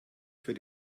für